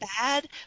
bad